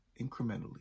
incrementally